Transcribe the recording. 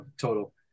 total